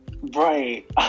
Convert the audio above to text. Right